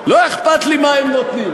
לא אכפת לי מה הם נותנים,